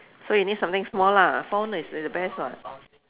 so you need something small lah phone is is the the best [what]